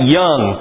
young